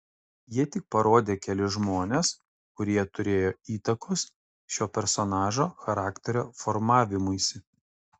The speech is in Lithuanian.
jie tik parodė kelis žmones kurie turėjo įtakos šio personažo charakterio formavimuisi